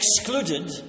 excluded